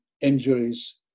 injuries